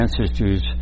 ancestors